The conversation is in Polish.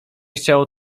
chciało